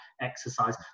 exercise